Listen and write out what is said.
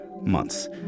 months